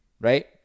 right